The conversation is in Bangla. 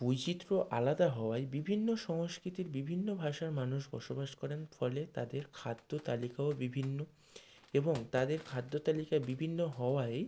বৈচিত্র্য আলাদা হওয়ায় বিভিন্ন সংস্কৃতির বিভিন্ন ভাষার মানুষ বসবাস করেন ফলে তাদের খাদ্য তালিকাও বিভিন্ন এবং তাদের খাদ্য তালিকা বিভিন্ন হওয়ায়